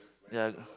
ya